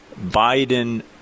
Biden-